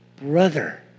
brother